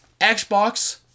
Xbox